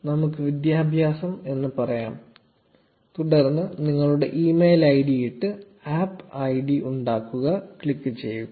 0228 നമുക്ക് വിദ്യാഭ്യാസം എന്ന് പറയാം തുടർന്ന് നിങ്ങളുടെ ഇമെയിൽ ഐഡി ഇട്ട് ആപ്പ് ഐഡി ഉണ്ടാക്കുക ക്ലിക്ക് ചെയ്യുക